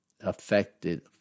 affected